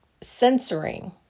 censoring